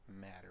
matter